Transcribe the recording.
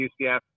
UCF